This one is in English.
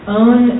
own